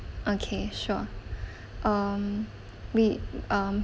okay sure um we um